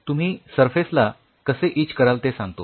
तुम्ही सरफेसला कसे इच कराल ते सांगतो